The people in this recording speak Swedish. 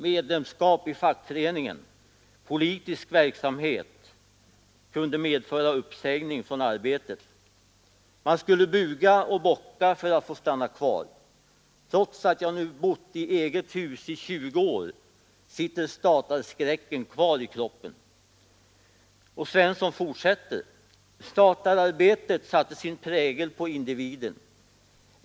Medlemskap i fackföreningen, politisk verksamhet, medförde uppsägning. Man skulle buga och bocka för att få stanna kvar. Trots att jag nu bott i eget hus i 20 år sitter statarskräcken kvar i kroppen.” Svensson fortsätter: ”Statararbetet satte sin prägel på individen.